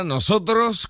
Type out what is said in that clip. Nosotros